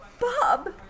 Bob